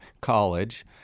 college